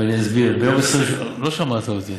ואני אסביר: ביום, לא שמעת אותי.